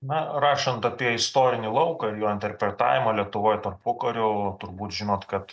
na rašant apie istorinį lauką ir jo interpretavimą lietuvoj tarpukariu turbūt žinot kad